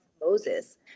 Moses